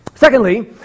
Secondly